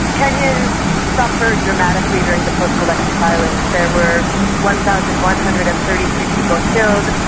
kenyans suffered dramatically during the post-election violence. there were one thousand one hundred and thirty three people killed,